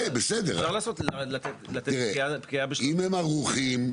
אפשר לתת פקיעה --- אם הם ערוכים,